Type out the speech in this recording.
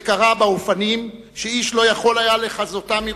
זה קרה באופנים שאיש לא יכול היה לחזותם.